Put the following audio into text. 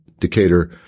decatur